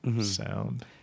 sound